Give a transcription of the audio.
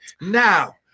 Now